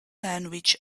language